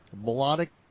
melodic